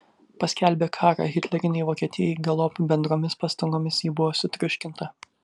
paskelbė karą hitlerinei vokietijai galop bendromis pastangomis ji buvo sutriuškinta